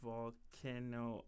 Volcano